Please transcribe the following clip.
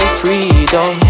freedom